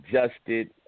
adjusted